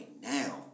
now